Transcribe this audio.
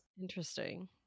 Interesting